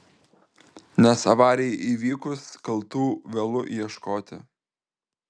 nes avarijai įvykus kaltų vėlu ieškoti